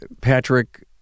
Patrick